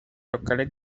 locales